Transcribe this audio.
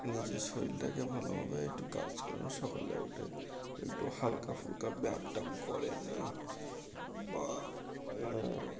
নিজের শরীরটাকে ভালোভাবে একটু কাজ করান সকালে উঠে একটু হালকা ফুলকা ব্যায়াম ট্যায়াম করেন না বা